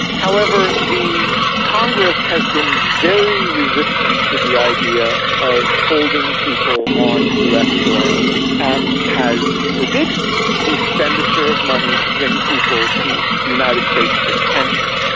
however the congress has been very resistant to the idea of holding people on us soil, and has forbidden the expenditure of money to bring people to the united states for detention,